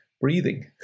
breathing